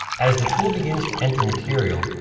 as the tool begins to enter material,